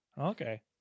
okay